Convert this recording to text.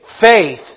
faith